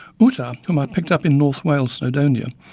uta, whom i picked up in north wales' snowdonia,